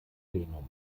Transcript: plenum